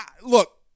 Look